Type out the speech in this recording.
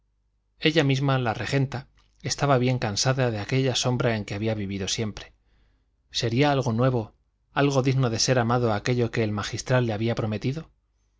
ella misma la regenta estaba bien cansada de aquella sombra en que había vivido siempre sería algo nuevo algo digno de ser amado aquello que el magistral le había prometido